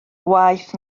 waeth